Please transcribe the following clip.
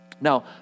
Now